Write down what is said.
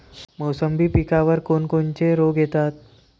मोसंबी पिकावर कोन कोनचे रोग येतात?